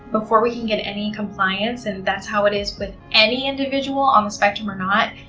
before we can get any compliance and that's how it is with any individual, on the spectrum or not,